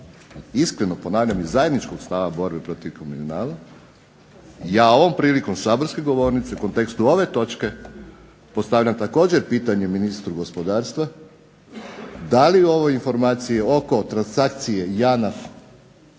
iskrenog ponavljam i zajedničkog stava borbe protiv kriminala ja ovom prilikom sa saborske govornice u kontekstu ove točke postavljam također pitanje ministru gospodarstva da li ove informacije oko transakcije JANAF